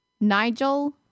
Nigel